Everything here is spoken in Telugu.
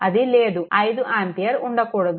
అది లేదు 5 ఆంపియర్ ఉండకూడదు